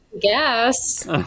guess